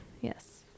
Yes